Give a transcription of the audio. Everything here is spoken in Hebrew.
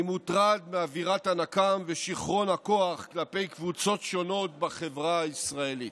אני מוטרד מאווירת הנקם ושיכרון הכוח כלפי קבוצות שונות בחברה הישראלית.